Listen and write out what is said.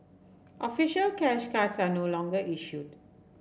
official cash cards are no longer issued